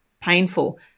painful